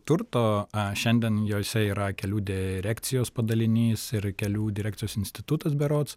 turto a šiandien jose yra kelių direkcijos padalinys ir kelių direkcijos institutas berods